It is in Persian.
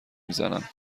میزنم